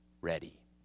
ready